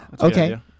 Okay